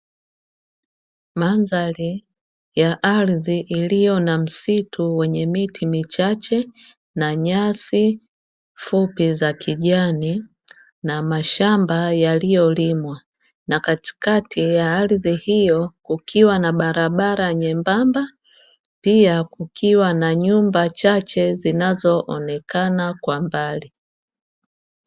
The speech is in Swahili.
Mandhari ya ardhi iliyo na msitu wenye miti michache, na nyasi fupi za kijani na mashamba yaliyolimwa na katikati ya ardhi hiyo kukiwa na barabara nyembamba, pia kukiwa na nyumba chache zinazoonekana kwa mbali.